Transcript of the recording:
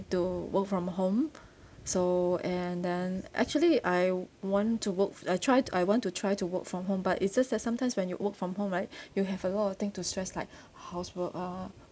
to work from home so and then actually I want to work I try I want to try to work from home but it's just that sometimes when you work from home right you have a lot of thing to stress like housework lah